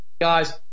Guys